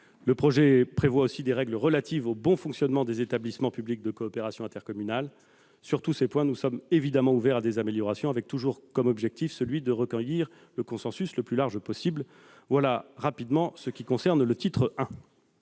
de loi prévoit aussi des règles relatives au bon fonctionnement des établissements publics de coopération intercommunale. Sur tous ces points, nous sommes évidemment ouverts à des améliorations, avec toujours pour objectif de recueillir le consensus le plus large possible. Le titre II prévoit